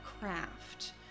craft